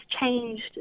changed